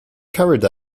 carried